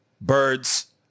birds